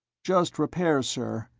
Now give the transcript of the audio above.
just repairs, sir.